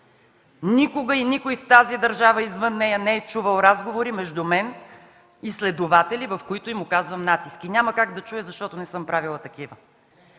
никога и никой в тази държава и извън нея не е чувал разговори между мен и следователи, в които им оказвам натиск. Няма и как да чуят, защото не съм правила такива,